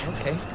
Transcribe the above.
Okay